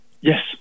Yes